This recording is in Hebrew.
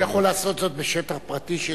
הוא יכול לעשות זאת בשטח פרטי?